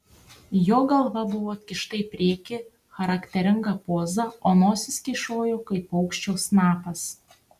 jo galva buvo atkišta į priekį charakteringa poza o nosis kyšojo kaip paukščio snapas